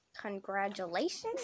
Congratulations